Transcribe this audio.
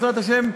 בעזרת השם,